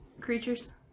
creatures